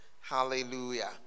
hallelujah